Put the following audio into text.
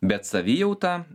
bet savijauta